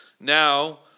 Now